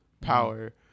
power